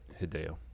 Hideo